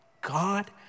God